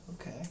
Okay